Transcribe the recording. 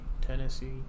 Tennessee